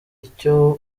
icyo